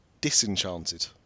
Disenchanted